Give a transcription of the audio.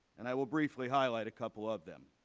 and i will briefly highlight a couple of them.